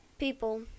people